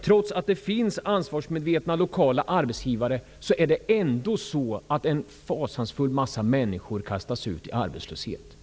trots att det finns ansvarsmedvetna lokala arbetsgivare, är det ändå en fasansfull massa människor som kastas ut i arbetslöshet.